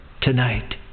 Tonight